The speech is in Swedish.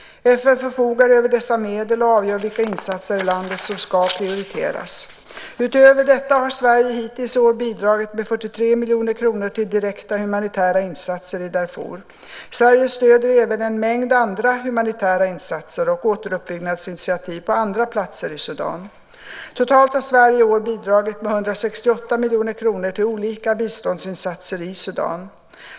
FN förfogar över dessa medel och avgör vilka insatser i landet som ska prioriteras. Utöver detta har Sverige hittills i år bidragit med 43 miljoner kronor till direkta humanitära insatser i Darfur. Sverige stöder även en mängd andra humanitära insatser och återuppbyggnadsinitiativ på andra platser i Sudan. Totalt har Sverige i år bidragit med 168 miljoner kronor till olika biståndsinsatser i Sudan.